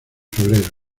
febrero